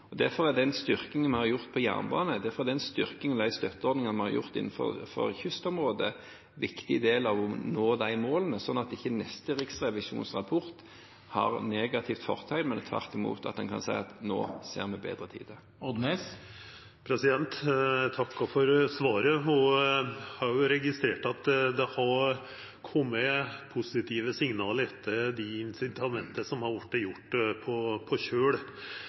Derfor er den styrkingen vi har gjort på jernbane, derfor er den styrkingen og de støtteordningene vi har innenfor kystområdet, en viktig del av å nå disse målene, slik at neste riksrevisjonsrapport ikke har negativt fortegn, men at en tvert imot kan si at nå ser vi bedre tider. Eg takkar for svaret. Eg har registrert at det har kome positive signal etter dei incitamenta som har vorte gjorde når det gjeld kjøl. Men signalet er meir urovekkjande når det gjeld bane. Er det kanskje på